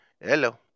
Hello